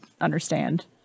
understand